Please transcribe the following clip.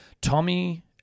Tommy